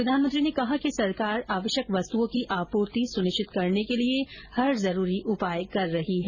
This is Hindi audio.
प्रधानमंत्री ने कहा कि सरकार आवश्यक वस्तुओं की आपूर्ति सुनिश्चित करने के लिए हर जरूरी उपाय कर रही है